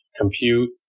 compute